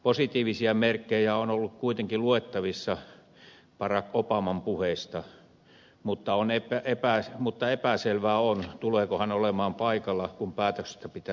positiivisia merkkejä on ollut kuitenkin luettavissa barack obaman puheista mutta epäselvää on tuleeko hän olemaan paikalla kun päätöksistä pitää päättää